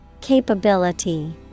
Capability